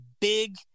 big